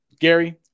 Gary